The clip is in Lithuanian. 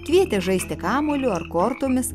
kvietė žaisti kamuoliu ar kortomis